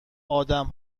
آدم